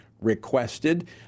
requested